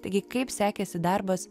taigi kaip sekėsi darbas